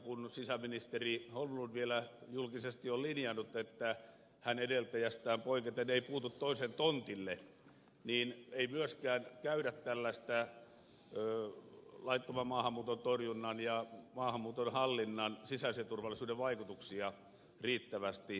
kun sisäministeri holmlund vielä julkisesti on linjannut että hän edeltäjästään poiketen ei puutu toisen tontille niin ei myöskään käydä laittoman maahanmuuton torjunnan ja maahanmuuton hallinnan sisäisen turvallisuuden vaikutuksia riittävästi läpi